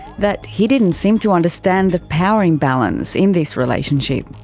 that he didn't seem to understand the power imbalance in this relationship.